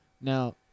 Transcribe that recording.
Now-